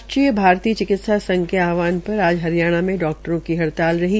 राष्ट्रीय भारतीय चिकित्सा संघ के आहवान पर आज हरियाणा के डाक्टरों ने हड़ताल रखी